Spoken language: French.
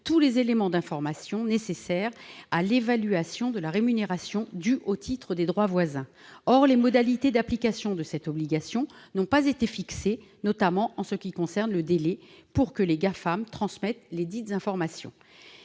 tous les éléments d'information nécessaires à l'évaluation de la rémunération due au titre des droits voisins. Or les modalités d'application de cette obligation n'ont pas été fixées, notamment en ce qui concerne le délai de transmission desdites informations